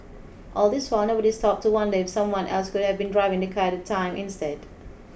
all this while nobody stopped to wonder if someone else could have been driving the car at the time instead